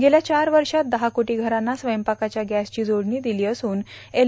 गेल्या चार वर्षात दहा क्रोटी घरांना स्वयंपाकाच्या गैंसची जोडणी दिली असून एल